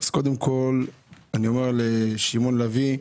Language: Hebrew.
קודם כול, אני אומר לשמעון לביא,